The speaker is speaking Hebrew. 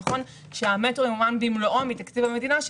שנכון שהמטרו ימומן במלואו מתקציב המדינה,